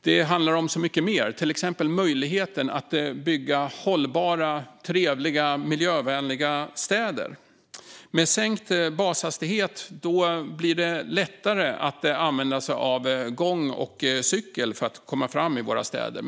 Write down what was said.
Det handlar om mycket mer, till exempel möjligheten att bygga hållbara, trevliga och miljövänliga städer. Med sänkt bashastighet blir det lättare att använda sig av gång och cykel för att ta sig fram i våra städer.